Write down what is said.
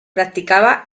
practicaba